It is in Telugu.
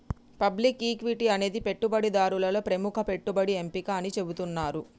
పబ్లిక్ ఈక్విటీ అనేది పెట్టుబడిదారులలో ప్రముఖ పెట్టుబడి ఎంపిక అని చెబుతున్నరు